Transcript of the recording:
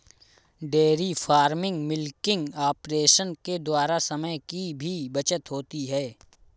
dairy farming milking operation के द्वारा समय की भी बचत होती है